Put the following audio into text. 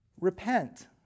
repent